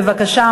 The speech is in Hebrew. בבקשה.